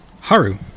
Haru